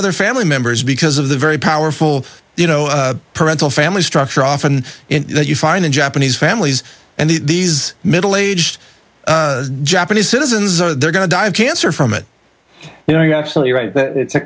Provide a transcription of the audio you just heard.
other family members because of the very powerful you know parental family structure often you find in japanese families and these middle aged japanese citizens or they're going to die of cancer from it you know you're absolutely right that it's a